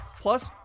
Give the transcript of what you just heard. plus